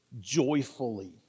joyfully